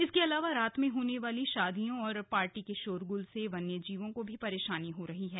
इसके अलावा रात में होने वाली शादियों और पार्टी के शोरगुल से वन्यजीवों को परेशानी हो रही है